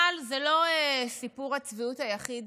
אבל זה לא סיפור הצביעות היחיד,